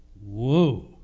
Whoa